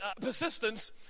persistence